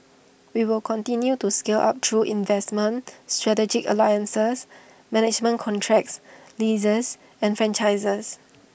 we will continue to scale up through investments strategic alliances management contracts leases and franchises